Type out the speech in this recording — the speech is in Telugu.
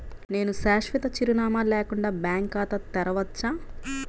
నేను శాశ్వత చిరునామా లేకుండా బ్యాంక్ ఖాతా తెరవచ్చా?